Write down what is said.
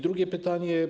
Drugie pytanie.